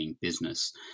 Business